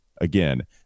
Again